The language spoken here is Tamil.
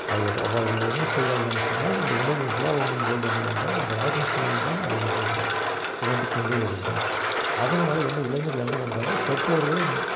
ஐ எதோ அவர்கள் என்ன செய்கிறார்கள் என்று சொன்னால் இந்த உணவு புலால் உண்ணும்பொழுது என்ன பண்றாங்க அந்த ராட்சச குணம் தான் அவர்களுக்கு தோன்றி கொண்டே இருக்கும் அதனால் என்ன இளைஞர்கள் என்ற பண்ணுறாங்க பெற்றோர்களை